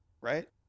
Right